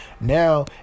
Now